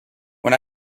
when